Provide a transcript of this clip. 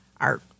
art